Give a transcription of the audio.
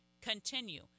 continue